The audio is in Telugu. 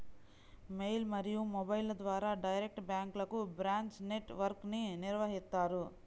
మెయిల్ మరియు మొబైల్ల ద్వారా డైరెక్ట్ బ్యాంక్లకు బ్రాంచ్ నెట్ వర్క్ను నిర్వహిత్తారు